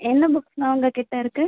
என்ன புக்ஸ்ண்ணா உங்ககிட்ட இருக்குது